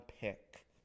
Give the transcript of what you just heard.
pick